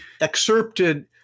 excerpted